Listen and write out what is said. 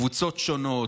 קבוצות שונות,